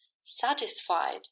satisfied